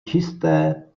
čisté